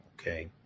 okay